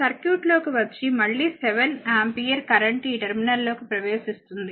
ఈ సర్క్యూట్లోకి వచ్చి మళ్ళీ 7 ఆంపియర్ కరెంట్ ఈ టెర్మినల్ లోకి ప్రవేశిస్తుంది